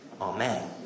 Amen